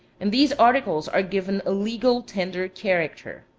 and these articles are given a legal-tender character.